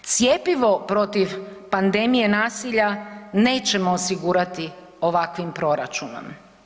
Cjepivo protiv pandemije nasilja nećemo osigurati ovakvim proračunom.